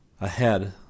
Ahead